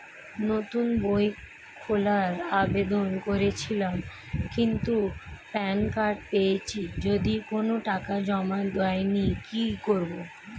নতুন বই খোলার আবেদন করেছিলাম কিন্তু প্যান কার্ড পেয়েছি যদিও কোনো টাকা জমা দিইনি কি করব?